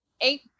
eight